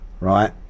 Right